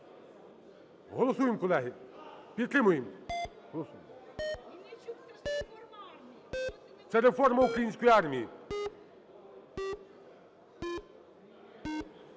Голосуємо, колеги. Підтримуємо. Це реформа української армії!